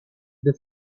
the